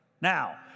Now